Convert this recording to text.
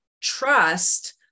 trust